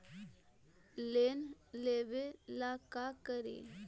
Loan लेबे ला का करि?